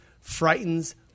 frightens